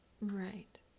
right